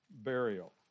burial